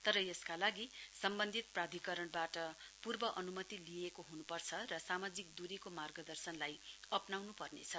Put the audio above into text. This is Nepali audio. तर यसका लागि सम्वन्धित प्राधिकरणवाट पूर्व अनुमति लिइएको हुनुपर्छ र सामाजिक दूरीको मार्गदर्शनलाई अप्नाउनु पर्नेछ